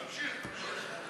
תמשיך, תמשיך.